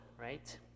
right